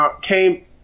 came